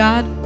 God